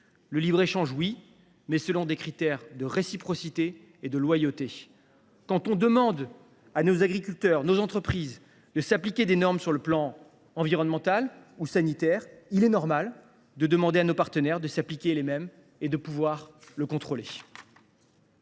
Le libre échange, oui, mais avec des critères de réciprocité et de loyauté. Quand on demande à nos agriculteurs et à nos entreprises d’appliquer des normes environnementales ou sanitaires, il est normal de demander à nos partenaires de faire de même et de pouvoir les contrôler.